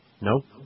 Nope